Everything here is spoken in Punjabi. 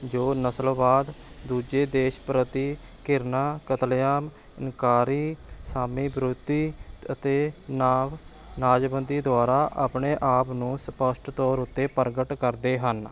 ਜੋ ਨਸਲਵਾਦ ਦੂਜੇ ਦੇਸ਼ ਪ੍ਰਤੀ ਘਿਰਨਾ ਕਤਲੇਆਮ ਇਨਕਾਰੀ ਸਾਮੀ ਵਿਰੋਧੀ ਅਤੇ ਨਾਵ ਨਾਜ਼ਵੰਦੀ ਦੁਆਰਾ ਆਪਣੇ ਆਪ ਨੂੰ ਸਪਸ਼ਟ ਤੌਰ ਉੱਤੇ ਪ੍ਰਗਟ ਕਰਦੇ ਹਨ